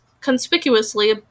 conspicuously